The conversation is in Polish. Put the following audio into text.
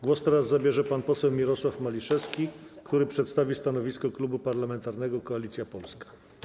Głos zabierze pan poseł Mirosław Maliszewski, który przedstawi stanowisko Klubu Parlamentarnego Koalicja Polska.